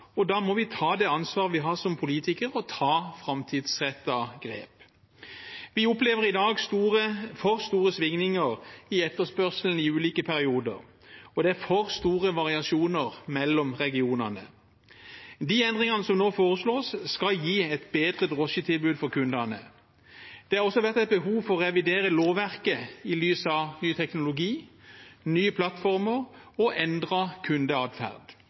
og da må vi ta det ansvaret vi som politikere har, og gjøre framtidsrettede grep. Vi opplever i dag for store svingninger i etterspørselen i ulike perioder, og det er for store variasjoner mellom regionene. De endringene som nå foreslås, skal gi et bedre drosjetilbud for kundene. Det har også vært et behov for å revidere lovverket i lys av ny teknologi, nye plattformer og endret kundeatferd.